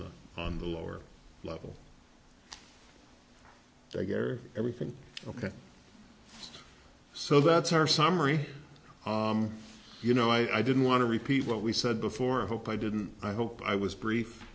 the on the lower level so i guess everything ok so that's our summary you know i didn't want to repeat what we said before i hope i didn't i hope i was brief